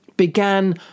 began